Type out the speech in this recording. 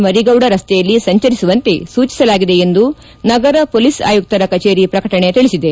ಮರೀಗೌಡ ರಸ್ತೆಯಲ್ಲಿ ಸಂಚರಿಸುವಂತೆ ಸೂಚಿಸಲಾಗಿದೆ ಎಂದು ನಗರ ಪೊಲೀಸ್ ಆಯುಕ್ತರ ಕಚೇರಿ ಪ್ರಕಟಣೆ ತಿಳಿಸಿದೆ